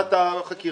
בוועדת החקירה